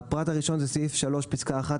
הפרט הראשון זה סעיף (3) פסקה (1),